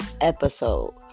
episode